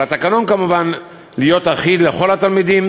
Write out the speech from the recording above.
על התקנון, כמובן, להיות אחיד לכל התלמידים